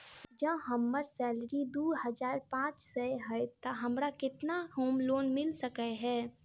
जँ हम्मर सैलरी दु हजार पांच सै हएत तऽ हमरा केतना होम लोन मिल सकै है?